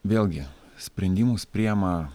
vėlgi sprendimus priima